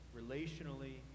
relationally